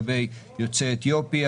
בכיבוי אש, אותו דבר לגבי יוצאי אתיופיה,